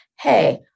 hey